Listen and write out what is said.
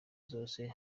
zose